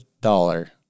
dollar